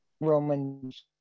Romans